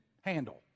handle